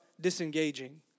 disengaging